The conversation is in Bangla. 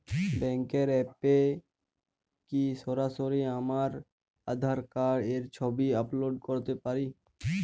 ব্যাংকের অ্যাপ এ কি সরাসরি আমার আঁধার কার্ড র ছবি আপলোড করতে পারি?